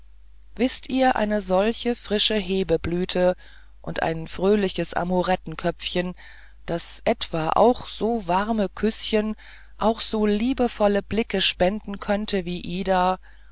alter wißt ihr eine solche frische hebeblüte und ein fröhliches amorettenköpfchen das etwa auch so warme küßchen auch so liebevolle blicke spenden könnte wie ida